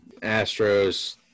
Astros